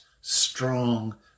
strong